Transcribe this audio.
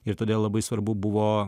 ir todėl labai svarbu buvo